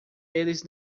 eles